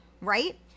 right